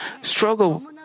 struggle